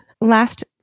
Last